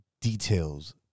details